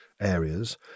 areas